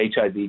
HIV